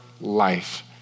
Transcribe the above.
life